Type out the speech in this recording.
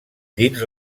dins